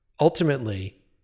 Ultimately